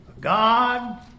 God